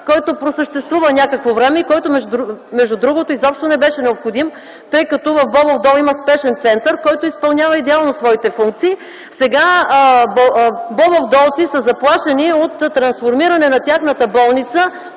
Той просъществува някакво време, и между другото, не беше необходим, тъй като в Бобов дол има спешен център, който изпълнява идеално своите функции. Сега бобовдолци са заплашени от трансформиране на тяхната болница